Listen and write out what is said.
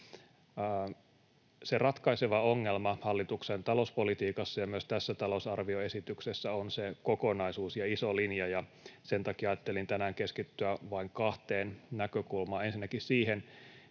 Se ratkaiseva ongelma hallituksen talouspolitiikassa ja myös tässä talousarvioesityksessä on se kokonaisuus ja iso linja. Sen takia ajattelin tänään keskittyä vain kahteen näkökulmaan, ensinnäkin siihen,